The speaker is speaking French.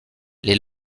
les